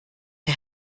wir